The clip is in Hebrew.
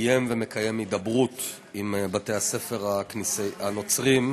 קיים ומקיים הידברות עם בתי-הספר הנוצריים,